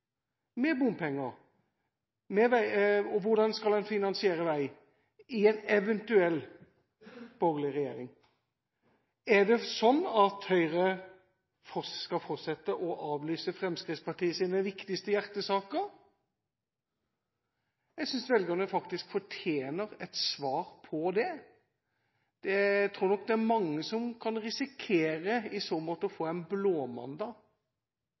med bompenger, og hvordan man skal finansiere vei i en eventuell borgerlig regjering. Er det sånn at Høyre skal fortsette å avlyse Fremskrittspartiets viktigste hjertesaker? Jeg synes velgerne faktisk fortjener et svar på det. Jeg tror nok det er mange som i så måte kan risikere å få en blåmandag